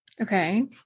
Okay